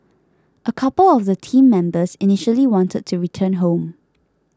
a couple of the team members initially wanted to return home